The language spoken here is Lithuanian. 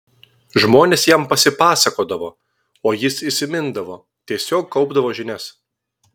žmonės jam pasipasakodavo o jis įsimindavo tiesiog kaupdavo žinias